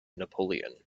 napoleon